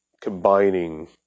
combining